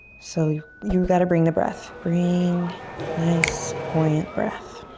so you've you've got to bring the breath. bring nice poignant breath.